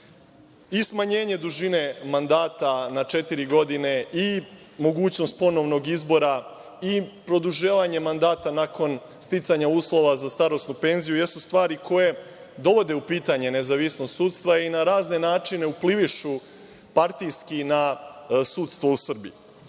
i smanjenje dužine mandata na četiri godine i mogućnost ponovnog izbora i produživanje mandata nakon sticanja uslova za starosnu penziju jesu stvari koje dovode u pitanje nezavisnost sudstva i na razne načine uplivišu partijski na sudstvo u Srbiji. Ali,